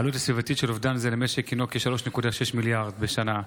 העלות הסביבתית של אובדן זה למשק היא כ-3.6 מיליארד בשנה,